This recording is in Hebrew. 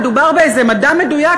מדובר באיזה מדע מדויק,